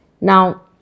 Now